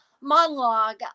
monologue